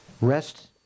rest